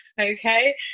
Okay